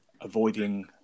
avoiding